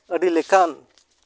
ᱟᱹᱰᱤ ᱞᱮᱠᱟᱱ